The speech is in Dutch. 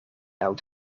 oud